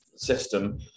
System